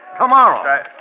tomorrow